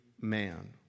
man